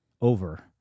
over